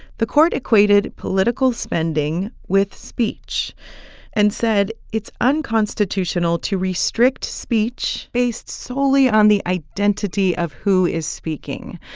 the court equated political spending with speech and said it's unconstitutional to restrict speech based solely on the identity of who is speaking.